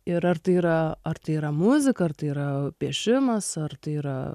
ir ar tai yra ar tai yra muzika ar tai yra piešimas ar tai yra